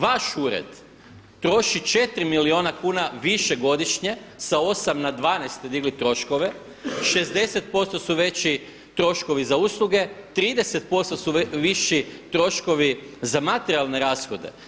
Vaš ured troši 4 milijuna kuna više godišnje sa 8 na 12 ste digli troškove, 60% su veći troškovi za usluge, 30% su viši troškovi za materijalne rashode.